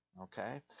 Okay